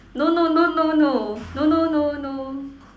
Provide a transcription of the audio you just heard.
no no no no no no no no